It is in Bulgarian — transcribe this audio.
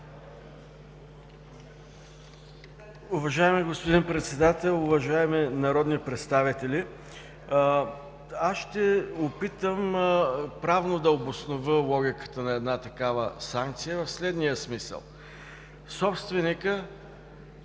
Уважаеми господин Председател, уважаеми народни представители! Ще опитам правно да обоснова логиката на една такава санкция в следния смисъл. Собственикът